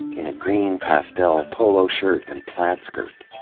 in a green pastel polo shirt and plaid skirt.